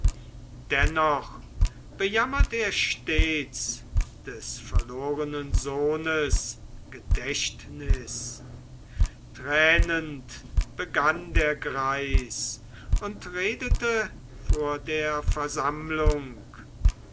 dennoch bejammert er stets des verlorenen sohnes gedächtnis tränend begann der greis und redete vor der versammlung